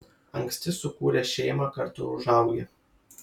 anksti sukūręs šeimą kartu užaugi